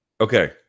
Okay